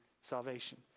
salvation